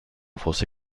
fosse